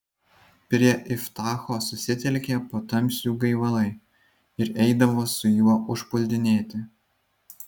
prie iftacho susitelkė patamsių gaivalai ir eidavo su juo užpuldinėti